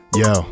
yo